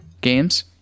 games